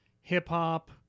hip-hop